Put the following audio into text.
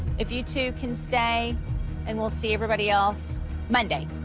if you two can stay and we'll see everybody else monday.